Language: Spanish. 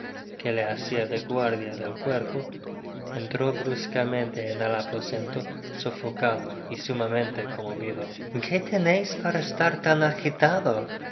que le hacia de guardia del cuerpo entró bruscamente en el aposento sofocadóy sumamente conmovido qué teneis para estar tan agitado